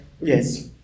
Yes